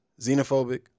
xenophobic